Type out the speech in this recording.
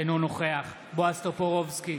אינו נוכח בועז טופורובסקי,